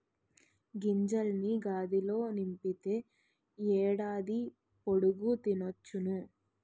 గింజల్ని గాదిలో నింపితే ఏడాది పొడుగు తినొచ్చును